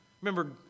Remember